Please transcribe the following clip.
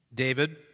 David